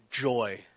joy